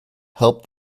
helped